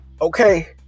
Okay